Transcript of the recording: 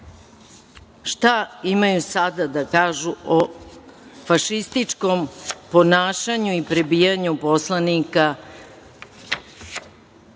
šta imaju sada da kažu o fašističkom ponašanju i prebijanju poslanika